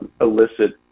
illicit